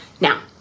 Now